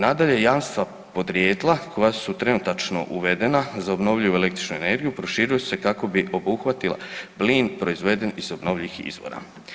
Nadalje, jamstva podrijetla koja su trenutačno uvedena, za obnovljivu električnu energiju, proširuju se kako bi obuhvatila plin proizveden iz obnovljivih izvora.